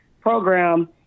program